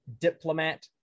Diplomat